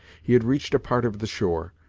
he had reached a part of the shore,